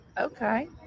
Okay